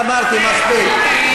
כמו שאמרתי, מספיק.